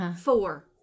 four